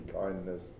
kindness